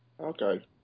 Okay